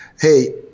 hey